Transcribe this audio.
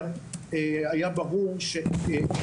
ו-2026.